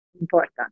important